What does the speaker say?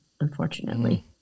unfortunately